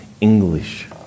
English